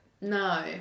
No